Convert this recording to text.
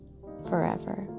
forever